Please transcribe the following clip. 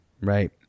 right